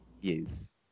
yes